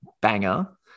banger